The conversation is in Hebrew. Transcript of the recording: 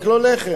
רק לא לחם.